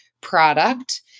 product